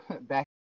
back